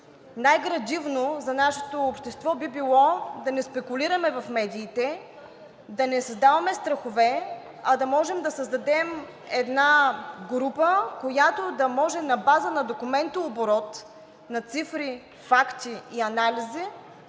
най-градивно за нашето общество би било да не спекулираме в медиите, да не създаваме страхове, а да можем да създадем една група, която да може на база на документооборот, на цифри, факти и анализи